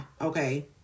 okay